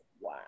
Wow